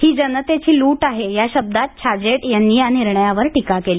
ही जनतेची लूट आहे या शब्दांत छाजेड यांनी या निर्णयावर टीका केली